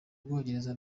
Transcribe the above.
bwongereza